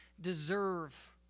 deserve